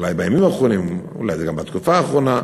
אולי בימים האחרונים, אולי זה גם בתקופה האחרונה,